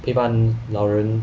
陪伴老人